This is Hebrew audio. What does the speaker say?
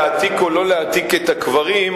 להעתיק או לא להעתיק את הקברים,